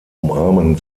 umarmen